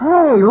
Hey